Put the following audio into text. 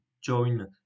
join